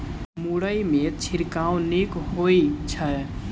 मुरई मे छिड़काव नीक होइ छै?